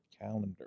calendar